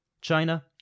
China